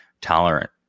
tolerant